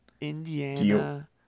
Indiana